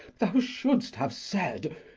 thou shouldst have said,